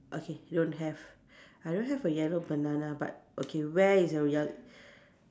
okay you don't have I don't have a yellow banana but okay where is the ye~